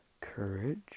Courage